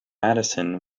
madison